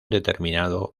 determinado